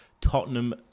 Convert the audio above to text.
Tottenham